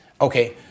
Okay